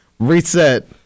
Reset